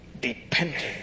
dependent